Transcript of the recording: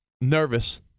nervous